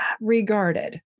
regarded